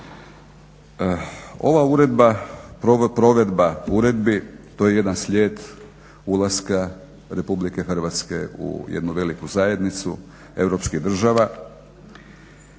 Ova uredba, provedba uredbi to je jedan slijed ulaska RH u jednu veliku zajednicu europskih država.